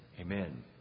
Amen